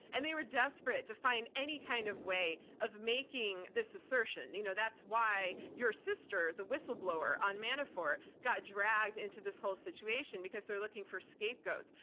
and they were desperate to find of any kind of way of making this assertion. you know that's why your sister, the whistleblower on manafort, got dragged into this whole situation because they're looking for scapegoats.